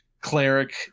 cleric